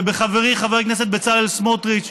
ובחברי חבר הכנסת בצלאל סמוטריץ.